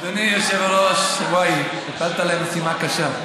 אדוני היושב-ראש, וואי, הטלת עליי משימה קשה.